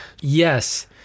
Yes